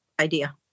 Idea